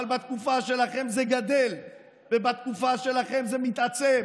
אבל בתקופה שלכם זה גדל ובתקופה שלכם זה מתעצם.